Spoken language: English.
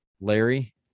Larry